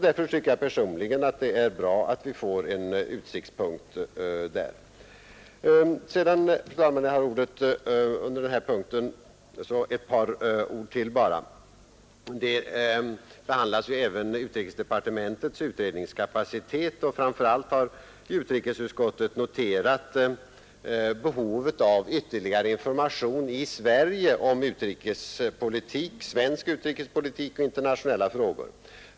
Därför tycker jag personligen att det är bra att vi får en utsiktspunkt där. Eftersom jag ändå har ordet vill jag anföra ytterligare några saker. Utrikesdepartementets utredningskapacitet har ju behandlats och framför allt har utrikesutskottet noterat behovet av ytterligare information i Sverige om svensk utrikespolitik och om internationella frågor.